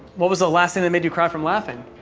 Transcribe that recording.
what was the last thing that made you cry from laughing?